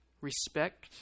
respect